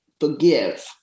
forgive